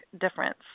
difference